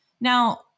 Now